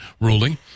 ruling